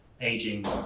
aging